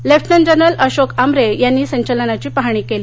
lieutenant general Ashok Ambre यांनी संचलनाची पाहणी केली